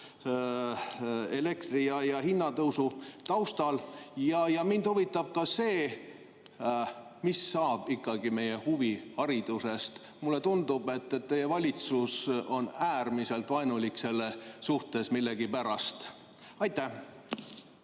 elektri hinna tõusu taustal? Ja mind huvitab ka see, mis saab ikkagi meie huviharidusest. Mulle tundub, et teie valitsus on äärmiselt vaenulik selle suhtes millegipärast. Aitäh